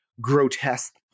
grotesque